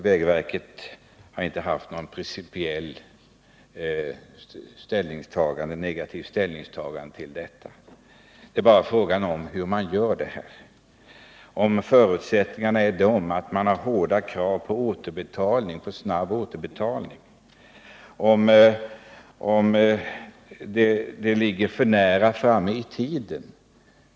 Vägverket har inte tagit någon principiell ställning till detta förslag; det har bara varit fråga om hur man skall förfara och om förutsättningarna är hårda krav på en snabb återbetalning, som ligger alltför nära framåt i tiden.